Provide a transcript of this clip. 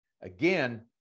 Again